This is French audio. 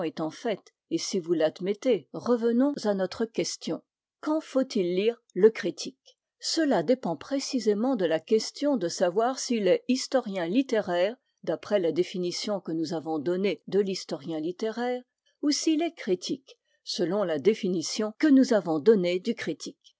étant faite et si vous l'admettez revenons à notre question quand faut-il lire le critique cela dépend précisément de la question de savoir s'il est historien littéraire d'après la définition que nous avons donné de l'historien littéraire ou s'il est critique selon la définition que nous avons donnée du critique